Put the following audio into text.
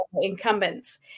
incumbents